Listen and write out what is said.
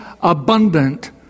abundant